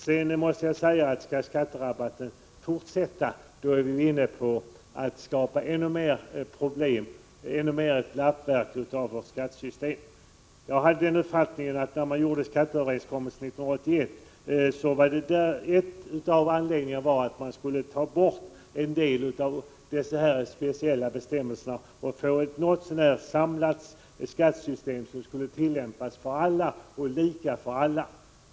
Om skatterabatten skall finnas kvar fortsättningsvis, är vi inne på att skapa ännu mer problem och att än mer göra ett lappverk av vårt skattesystem. Jag hade den uppfattningen att en av anledningarna till att man träffade skatteöverenskommelsen 1981 var att man skulle ta bort en del av de speciella bestämmelserna och få ett någotsånär samlat skattesystem som skulle tillämpas för alla, och lika för alla.